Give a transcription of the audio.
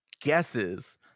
guesses